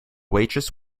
waitress